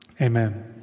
Amen